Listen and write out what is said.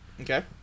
Okay